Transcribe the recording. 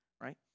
right